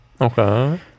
Okay